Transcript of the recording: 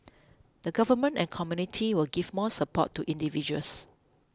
the government and community will give more support to individuals